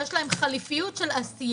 שיש להם חליפיות של עשייה,